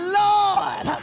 lord